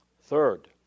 Third